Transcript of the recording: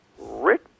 Rick